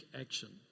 action